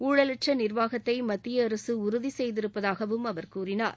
ஊழலற்ற நிர்வாகத்தை மத்திய அரசு உறுதி செய்திருப்பதாகவும் அவர் கூறினார்